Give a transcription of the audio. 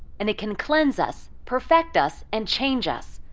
and it can cleanse us, perfect us, and change us.